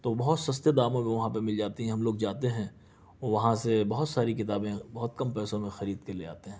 تو بہت سستے داموں پہ وہاں پہ مل جاتی ہیں ہم لوگ جاتے ہیں وہاں سے بہت ساری کتابیں بہت کم پیسوں میں خرید کے لے آتے ہیں